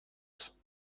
ist